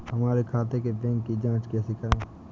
हमारे खाते के बैंक की जाँच कैसे करें?